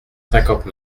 cinquante